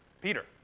Peter